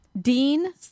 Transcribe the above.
Dean